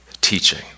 teaching